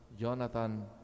Jonathan